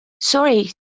Sorry